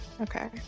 Okay